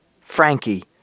Frankie